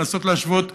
לנסות להשוות,